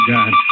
God